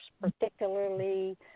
Particularly